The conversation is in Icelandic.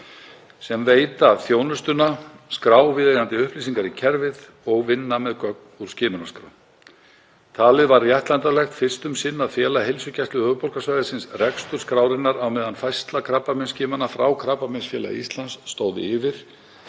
sem veita þjónustuna, skrá viðeigandi upplýsingar í kerfið og vinna með gögn úr skimunarskrá. Talið var réttlætanlegt fyrst um sinn að fela Heilsugæslu höfuðborgarsvæðisins rekstur skrárinnar á meðan færsla krabbameinsskimana frá Krabbameinsfélagi Íslands stóð yfir